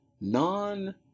non